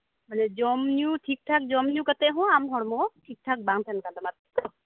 ᱢᱟᱱᱮ ᱡᱚᱢᱧᱩ ᱴᱷᱤᱠᱴᱷᱟᱠ ᱠᱟᱛᱮᱜ ᱦᱚᱸ ᱟᱢ ᱦᱚᱲᱢᱚ ᱴᱷᱤᱠᱴᱷᱟᱠ ᱵᱟᱝᱛᱟᱦᱮᱸᱱ ᱠᱟᱱᱛᱟᱢᱟ ᱛᱟᱭᱛᱚ